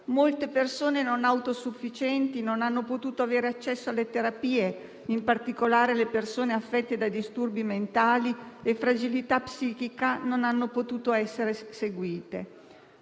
molte persone non autosufficienti non hanno potuto avere accesso alle terapie; in particolare, quelle affette da disturbi mentali e fragilità psichica non hanno potuto essere seguite.